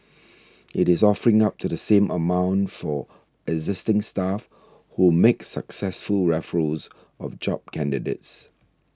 it is offering up to the same amount for existing staff who make successful referrals of job candidates